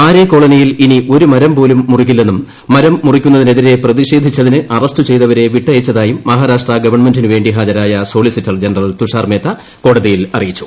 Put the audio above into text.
ആരെ കോളനിയിൽ ഇനി ഒരുമരം പോലും മുറിക്കില്ലെന്നും മരം മുറിക്കുന്നതിനെതിരെ പ്രതിഷേധിച്ചതിന് അറസ്റ്റ് ചെയ്തവരെ വിട്ടയച്ചതായും മഹാരാഷ്ട്ര ഗവൺമെന്റിന് വേണ്ടി ഹാജരായ സോളിസിറ്റർ ജനറൽ തുഷാർ മേത്ത കോടതിയെ അറിയിച്ചു